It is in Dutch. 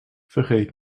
vergeet